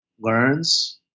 learns